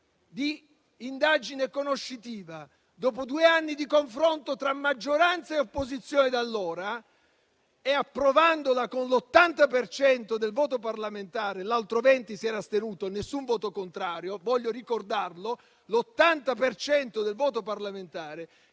di indagine conoscitiva, dopo due anni di confronto tra maggioranza e opposizione di allora e approvandola con l'80 per cento del voto parlamentare, l'altro 20 si era astenuto e nessun voto contrario. Voglio ricordarlo: è stata approvata